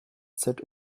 zob